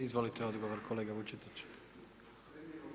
Izvolite odgovor kolega Vučetić.